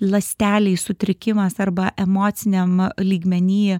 ląstelėj sutrikimas arba emociniam lygmeny